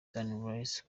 sunrise